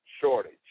shortage